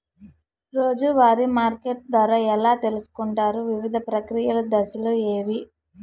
రోజూ వారి మార్కెట్ ధర ఎలా తెలుసుకొంటారు వివిధ ప్రక్రియలు దశలు ఏవి?